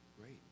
Great